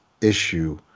issue